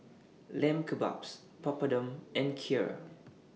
Lamb Kebabs Papadum and Kheer